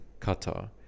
qatar